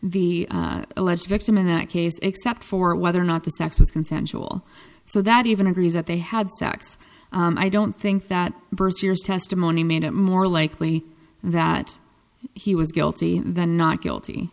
the alleged victim in that case except for whether or not the sex was consensual so that even agrees that they had sex i don't think that burst years testimony made it more likely that he was guilty than not guilty